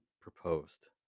proposed